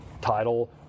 title